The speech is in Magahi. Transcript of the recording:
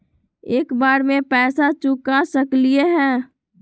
एक बार में पैसा चुका सकालिए है?